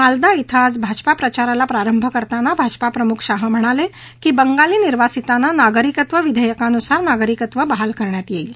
मालदा आज भाजपा प्रचाराला प्रारंभ करताना भाजपा प्रमुख शाह म्हणाले की बंगाली निर्वासितांना नागरिकत्व विधेयकानुसार नागरिकत्व बहाल करण्यात येईल